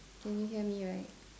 can you hear me right